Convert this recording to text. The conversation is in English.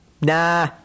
Nah